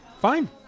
Fine